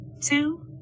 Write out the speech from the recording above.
Two